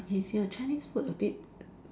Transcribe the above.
is your Chinese food a bit